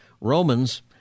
Romans